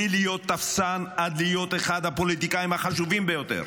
מלהיות טפסן ועד להיות אחד הפוליטיקאים החשובים ביותר,